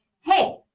hey